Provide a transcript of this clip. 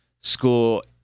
school